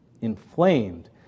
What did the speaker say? Inflamed